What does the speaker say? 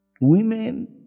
women